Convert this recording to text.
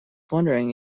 wondering